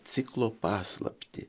ciklo paslaptį